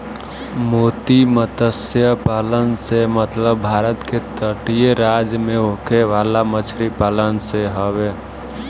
मोती मतस्य पालन से मतलब भारत के तटीय राज्य में होखे वाला मछरी पालन से हवे